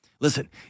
Listen